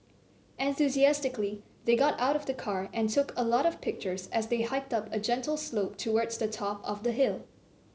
enthusiastically they got out of the car and took a lot of pictures as they hiked up a gentle slope towards the top of the hill